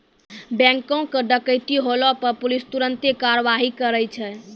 बैंको के डकैती होला पे पुलिस तुरन्ते कारवाही करै छै